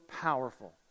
powerful